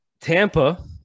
Tampa